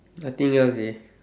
I think yours is